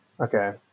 Okay